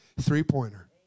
three-pointer